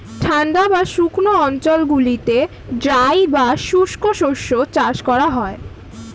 ঠান্ডা বা শুকনো অঞ্চলগুলিতে ড্রাই বা শুষ্ক শস্য চাষ করা হয়